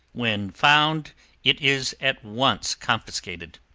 when found it is at once confiscated.